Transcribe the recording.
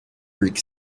brick